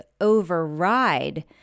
override